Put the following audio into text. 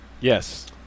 Yes